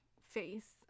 face